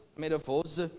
metaphors